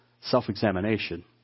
self-examination